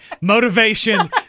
motivation